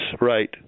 right